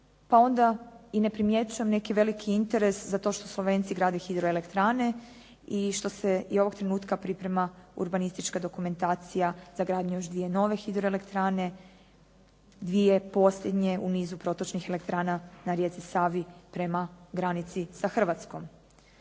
pa onda ne primjećujem neki veliki interes za to što Slovenci grade hidroelektrane i što se i ovog trenutka priprema urbanistička dokumentacija za gradnju još dvije nove hidroelektrane dvije posljednje u nizu protočnih elektrana na rijeci Savi prema granici sa Hrvatskom.